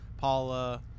Paula